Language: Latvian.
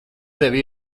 tevi